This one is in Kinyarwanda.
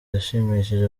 yashimishije